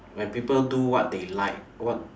when people do what they like what